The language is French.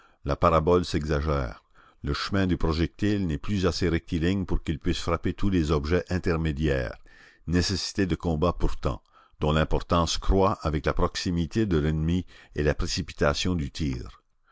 la parabole s'exagère le chemin du projectile n'est plus assez rectiligne pour qu'il puisse frapper tous les objets intermédiaires nécessité de combat pourtant dont l'importance croît avec la proximité de l'ennemi et la précipitation du tir